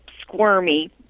squirmy